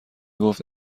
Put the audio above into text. گفت